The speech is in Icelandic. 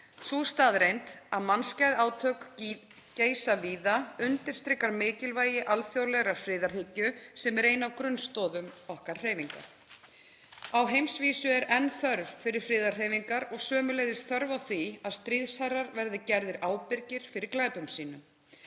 Sú staðreynd að mannskæð átök geisa víða undirstrikar mikilvægi alþjóðlegrar friðarhyggju sem er ein af grunnstoðum okkar hreyfingar. Á heimsvísu er enn þörf fyrir friðarhreyfingar og sömuleiðis þörf á því að stríðsherrar verði gerðir ábyrgir fyrir glæpum sínum.